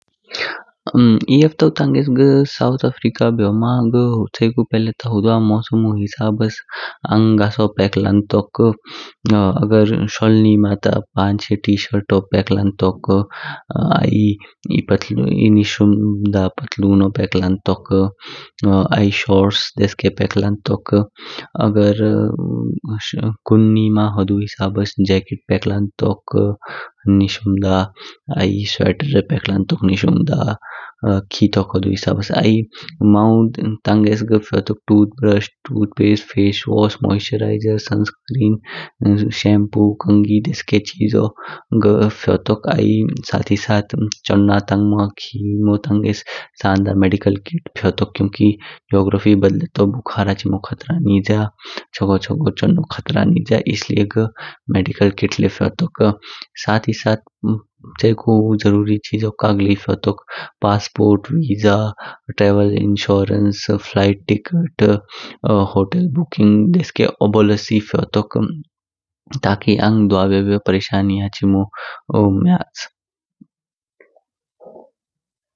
एह हफ्तौ तंगेस घाट साउथ अफ्रीका ब्योमा घाट च्यकु पहले ता हुअडवा मोसामु हिसाब्स आंग गैसो पेक्क लन्तोक। अगर शोल निम ता पांच चोह टी-शर्ट पैक लन्तोक ऐ एह निश शुम दा पतलूनो पैक लन्तोक, ऐ शोर्ट्स देस्के पैक लन्तोक। अगर गुन निम हुडु हिसाब्स जैकेट पैक लन्तोक निश शुम दा, ऐ स्वेट्रो पैक लन्तोक निश शुम दा, खीतोक हुडु हिसाब्स। ऐ मौ तंगेस घाट फ्योतोथ toothbrush, tooth paste, face wash, moisturiser, sun cream, shampoo, कंघी चिजो घाट फयोटोक। ऐ सात ही साथ चोन्ना तंगमा खीमो टंगेस मेडिकल किट फयोटोक। क्यूंकि जियोग्राफी बदलतो बुखार हाचिमो खतरा नज़िया। चगो चगो चोहन खतरा नज़िया। इसलिये घाट मेडिकल किट ल्ये फयोटोक। साथ ही साथ चिकु जरुरी चिजो कगली फयोटोक passport, visa, travel insurance, flight ticket, hotel booking देस्के ओबोल्सी फयोटोक ताकि आंग द्वा बियो बियो परेशानी हाचिमो म्यच।